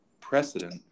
precedent